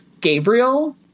Gabriel